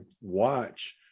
watch